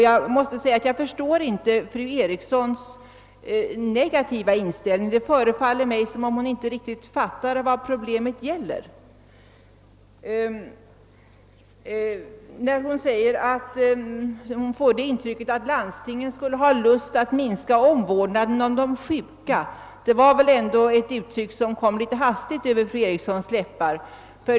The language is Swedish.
Jag måste säga att jag inte förstår fru Erikssons i Stockholm negativa inställning. Det förefaller mig som hon inte riktigt har fattat vad problemet gäller. Hon säger att hon får det intrycket, att landstingen skulle vilja minska omvårdnaden om de sjuka. Det var väl ett uttryck som kom litet hastigt över fru Erikssons läppar.